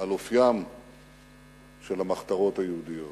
על אופיין של המחתרות היהודיות.